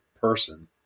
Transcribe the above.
person